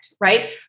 right